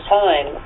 time